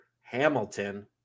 hamilton